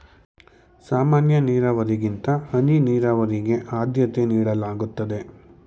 ಸಾಮಾನ್ಯ ನೀರಾವರಿಗಿಂತ ಹನಿ ನೀರಾವರಿಗೆ ಆದ್ಯತೆ ನೀಡಲಾಗುತ್ತದೆ